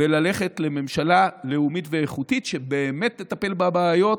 וללכת לממשלה לאומית ואיכותית שבאמת תטפל בבעיות,